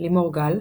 לימור גל,